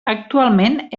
actualment